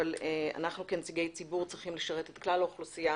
אבל אנחנו כנציגי ציבור צריכים לשרת את כלל האוכלוסייה